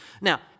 Now